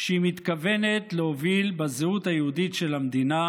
שהיא מתכוונת להוביל בזהות היהודית של המדינה,